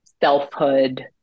selfhood